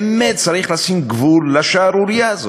באמת, צריך לשים גבול לשערורייה הזאת.